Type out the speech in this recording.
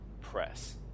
Press